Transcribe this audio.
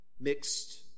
mixed